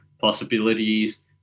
possibilities